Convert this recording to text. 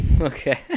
Okay